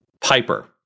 Piper